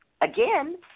again